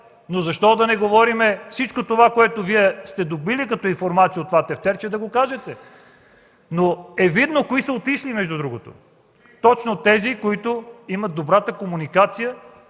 Защо да не говорим за всичко това, което Вие сте добили като информация от това тефтерче, и да го кажете? Видно е кои са отишли, между другото – точно тези, които имат добрата комуникация